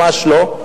ממש לא.